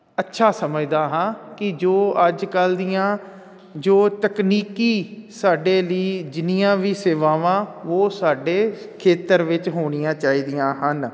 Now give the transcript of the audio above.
ਅੱਛਾ ਸਮਝਦਾ ਹਾਂ ਕਿ ਜੋ ਅੱਜ ਕੱਲ੍ਹ ਦੀਆਂ ਜੋ ਤਕਨੀਕੀ ਸਾਡੇ ਲਈ ਜਿੰਨੀਆਂ ਵੀ ਸੇਵਾਵਾਂ ਉਹ ਸਾਡੇ ਖੇਤਰ ਵਿੱਚ ਹੋਣੀਆ ਚਾਹੀਦੀਆਂ ਹਨ